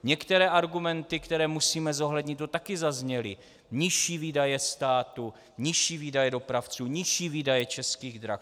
Některé argumenty, které musíme zohlednit, tu také zazněly: nižší výdaje státu, nižší výdaje dopravců, nižší výdaje Českých drah.